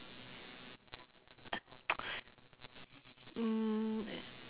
mm